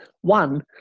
One